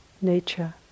nature